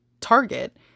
target